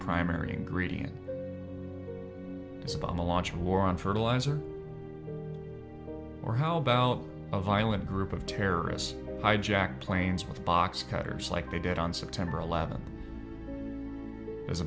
primary ingredient is on the launch of war on fertilizer or how about a violent group of terrorists hijacked planes with box cutters like they did on september eleventh as a